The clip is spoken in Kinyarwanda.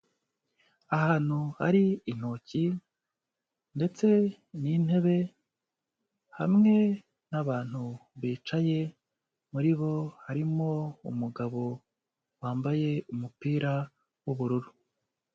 Ahantu hari intoki ndetse n'intebe hamwe n'abantu bicaye muri bo harimo umugabo wambaye umupira w'ubururu.